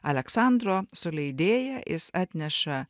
aleksandro su leidėja jis atneša